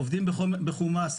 עובדים בעומס,